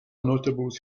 notables